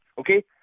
Okay